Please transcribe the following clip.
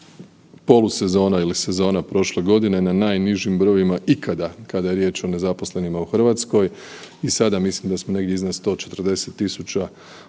polusezona ili sezona prošle godine na najnižim brojevima ikada kada je riječ o nezaposlenima u Hrvatskoj i sada mislim da smo negdje iznad 140 tisuća u